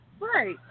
right